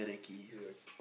yes